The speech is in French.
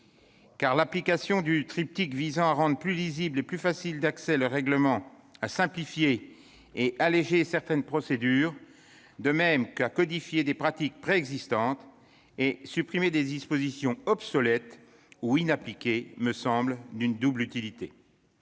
Car l'application du triptyque visant à rendre plus lisible et plus facile d'accès le règlement, à simplifier et alléger certaines procédures, de même qu'à codifier des pratiques préexistantes et supprimer des dispositions obsolètes ou inappliquées, me semble d'une double utilité.